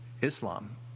Islam